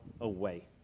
away